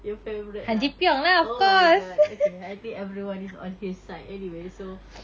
your favourite lah oh my god I think everyone is on his side anyway so